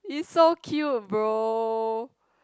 is so cute bro